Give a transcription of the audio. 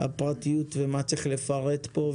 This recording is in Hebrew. הפרטיות ומה צריך לפרט כאן.